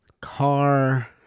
car